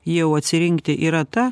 jau atsirinkti yra ta